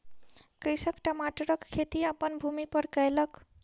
कृषक टमाटरक खेती अपन भूमि पर कयलक